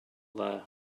there